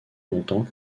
longtemps